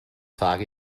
sag